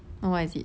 oh what is it